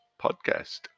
Podcast